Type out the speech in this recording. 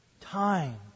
Time